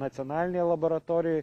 nacionalinėj laboratorijoj